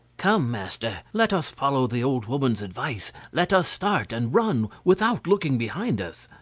come, master, let us follow the old woman's advice let us start, and run without looking behind us.